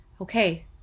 okay